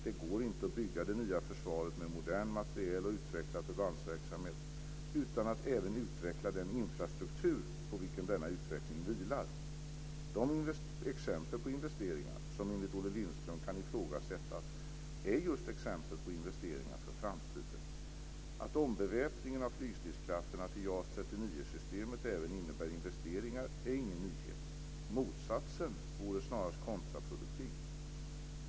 Det går inte att bygga det nya försvaret med modern materiel och utvecklad förbandsverksamhet utan att även utveckla den infrastruktur på vilken denna utveckling vilar. De exempel på investeringar som enligt Olle Lindström kan ifrågasättas är just exempel på investeringar för framtiden. Att ombeväpningen av flygstridskrafterna till JAS 39-systemet även innebär investeringar är ingen nyhet. Motsatsen vore snarast kontraproduktivt.